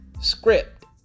script